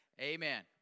amen